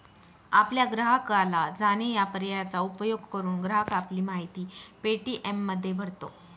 आपल्या ग्राहकाला जाणे या पर्यायाचा उपयोग करून, ग्राहक आपली माहिती पे.टी.एममध्ये भरतो